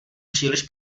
příliš